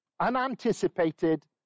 unanticipated